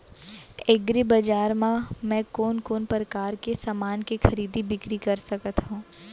एग्रीबजार मा मैं कोन कोन परकार के समान के खरीदी बिक्री कर सकत हव?